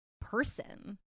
person